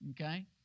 Okay